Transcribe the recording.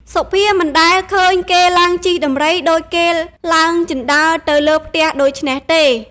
សុភាមិនដែលឃើញគេឡើងជិះដំរី ដូចគេឡើងជណ្តើរទៅលើផ្ទះ ដូច្នេះទេ ។